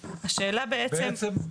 בעצם,